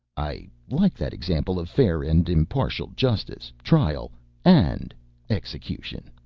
i like that example of fair and impartial justice trial and execution.